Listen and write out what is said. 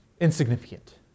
insignificant